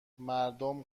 مردم